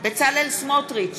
בצלאל סמוטריץ,